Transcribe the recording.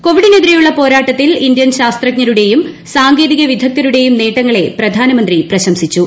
കോവിഡിനെതിരെയുള്ള പോരാട്ടത്തിൽ ഇന്ത്യൻ ശാസ്ത്രജ്ഞരുടെയും സാങ്കേതിക വിദഗ്ധരുടെയും നേട്ടങ്ങളെ പ്രധാനമന്ത്രി പ്രശംസിച്ചു